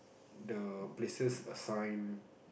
the places assign